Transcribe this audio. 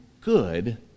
good